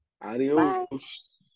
Adios